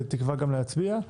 בתקווה גם להצביע,